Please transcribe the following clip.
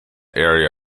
area